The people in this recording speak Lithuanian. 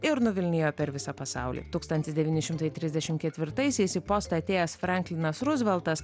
ir nuvilnijo per visą pasaulį tūkstantis devyni šimtai trisdešimt ketvirtaisiais į postą atėjęs franklinas ruzveltas